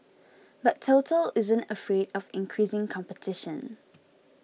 but Total isn't afraid of increasing competition